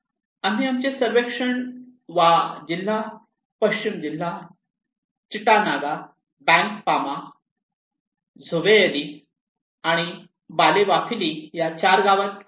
आम्ही आमचे सर्वेक्षण वा जिल्हा पश्चिम जिल्हा चिटानागा बॅंकपामा Bankpama झोवएली आणि बालेवाफिली या चार गावात केले